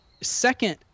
second